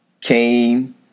came